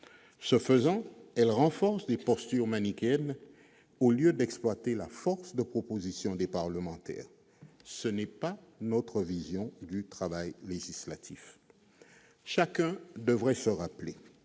Ce faisant, elles renforcent les postures manichéennes au lieu d'exploiter la force de proposition des parlementaires. Ce n'est pas notre vision du travail législatif. Chacun devrait se rappeler